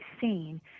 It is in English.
seen